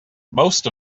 most